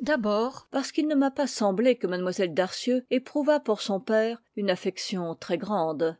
d'abord parce qu'il ne m'a pas semblé que mlle darcieux éprouvât pour son père une affection très grande